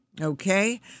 okay